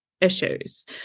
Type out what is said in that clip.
issues